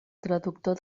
traductor